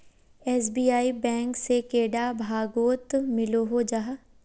SBI bank से कैडा भागोत मिलोहो जाहा?